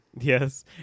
Yes